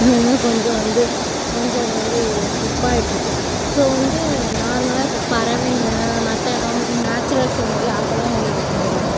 இன்னும் கொஞ்சம் வந்து கொஞ்சம் அது வந்து ஸ்லிப்பாகிட்ருக்கு ஸோ வந்து நார்மலாக இப்போ பறவைங்கள் மற்ற இடம் நேச்சுரல் சீன் மாதிரி அதெலாம் கொஞ்சம் வரைஞ்சிருவேன்